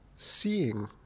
Seeing